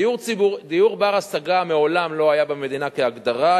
דיור בר-השגה מעולם לא היה במדינה כהגדרה.